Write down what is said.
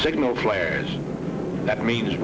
signal players that mean